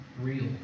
real